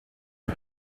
une